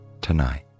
tonight